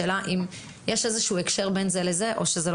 השאלה אם יש איזשהו הקשר בין זה לזה או שזה לא